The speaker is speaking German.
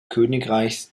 königreichs